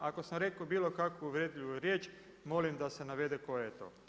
Ako sam rekao bilo kakvu uvredljivu riječ molim da se navede tko je to.